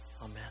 Amen